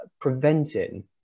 preventing